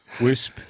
Wisp